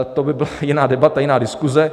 To by byla jiná debata, jiná diskuze.